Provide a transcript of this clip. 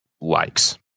likes